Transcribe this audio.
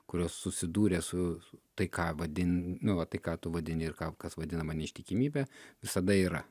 kurios susidūrė su tai ką vadin nu va tai ką tu vadini ir kas vadinama neištikimybe visada yra